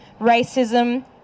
racism